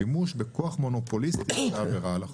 שימוש בכוח מונופוליסטי אינו עבירה על החוק.